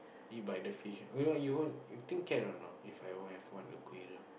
eat by the fish you think can or not If I will have one aquarium